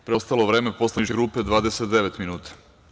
Preostalo vreme poslaničke grupe 29 minuta.